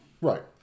right